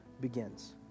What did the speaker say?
begins